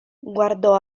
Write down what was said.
guardò